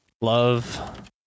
love